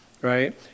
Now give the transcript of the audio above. Right